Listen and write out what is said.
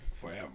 Forever